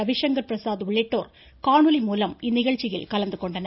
ரவிசங்கர் பிரசாத் உள்ளிட்டோர் காணொலி மூலம் இந்நிகழ்ச்சியில் கலந்துகொண்டனர்